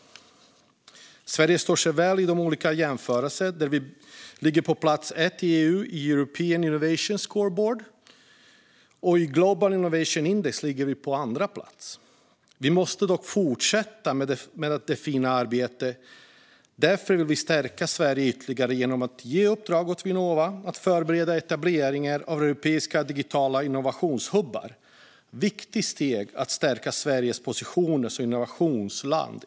Sverige står sig väl i olika jämförelser. Vi ligger på plats 1 i EU i European Innovation Scoreboard, och i Global Innovation Index ligger vi på andra plats. Vi måste dock fortsätta med detta fina arbete. Därför vill vi stärka Sverige ytterligare genom att ge uppdrag åt Vinnova att förbereda etablering av europeiska digitala innovationshubbar. Det är ett viktigt steg för att ytterligare stärka Sveriges position som innovationsland.